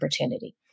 opportunity